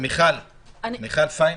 מיכל פיין.